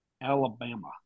Alabama